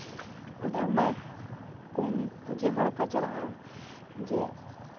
ᱚᱸᱰᱮ ᱯᱩᱡᱟᱹ ᱦᱚᱲ ᱠᱚ ᱪᱟᱞᱟᱜᱼᱟ ᱡᱮ